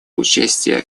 участия